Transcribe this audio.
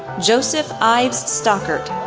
joseph ives stockert,